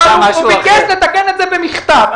הוא ביקש לתקן את זה במכתב.